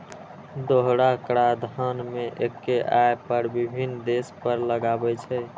दोहरा कराधान मे एक्के आय पर विभिन्न देश कर लगाबै छै